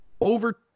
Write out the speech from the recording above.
over